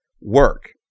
work